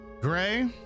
Gray